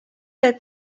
del